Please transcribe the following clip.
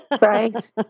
Right